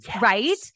Right